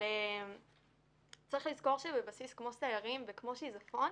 אבל צריך לזכור שבבסיס כמו סיירים וכמו שזפון,